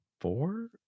Four